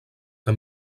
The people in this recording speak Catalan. que